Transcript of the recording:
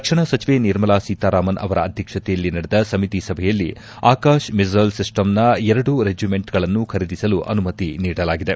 ರಕ್ಷಣಾ ಸಚಿವೆ ನಿರ್ಮಲಾ ಸೀತಾರಾಮನ್ ಅವರ ಅಧ್ಯಕ್ಷತೆಯಲ್ಲಿ ನಡೆದ ಸಮಿತಿ ಸಭೆಯಲ್ಲಿ ಆಕಾಶ್ ಮಿಸೇಲ್ ಸಿಸ್ಸಮ್ನ ಎರಡು ರೆಜಮೆಂಟ್ಗಳನ್ನು ಖರೀದಿಸಲು ಅನುಮತಿ ನೀಡಲಾಗಿದೆ